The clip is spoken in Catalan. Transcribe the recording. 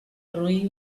roí